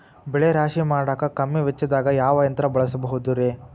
ಬೆಳೆ ರಾಶಿ ಮಾಡಾಕ ಕಮ್ಮಿ ವೆಚ್ಚದಾಗ ಯಾವ ಯಂತ್ರ ಬಳಸಬಹುದುರೇ?